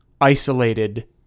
isolated